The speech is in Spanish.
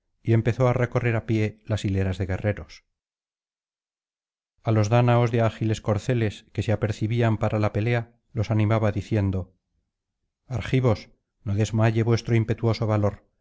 y empezó á recorrer á pie las hileras de guerreros a los dáñaos de ágiles corceles que se apercibían para la pelea los animaba diciendo argivos no desmaye vuestro impetuoso valor